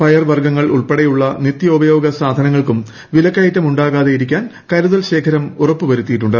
പയറുവർഗ്ഗങ്ങൾ ഉൾപ്പെടെയുള്ള നിത്യോപയോഗ സാധനങ്ങൾക്കും വിലക്കയറ്റം ഉണ്ടാകാതെ ഇരിക്കാൻ കരുതൽ ശേഖരം ഉറപ്പുവരുത്തിയിട്ടുണ്ട്